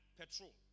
petrol